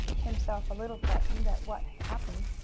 himself a little frightened at what had happened.